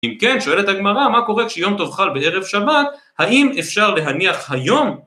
אם כן שואלת הגמרא מה קורה כשיום טוב חל בערב שבת האם אפשר להניח היום